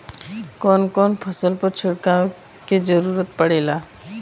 कवन कवन फसल पर छिड़काव के जरूरत पड़ेला?